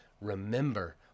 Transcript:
Remember